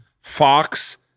Fox